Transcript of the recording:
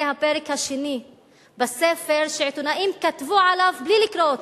זה הפרק השני בספר שעיתונאים כתבו עליו בלי לקרוא אותו.